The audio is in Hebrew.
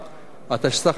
התשס"ח 2008,